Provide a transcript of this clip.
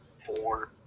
four